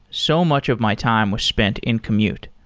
so much of my time was spent in commute.